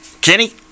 Kenny